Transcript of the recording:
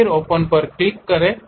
फिर Open पर click करें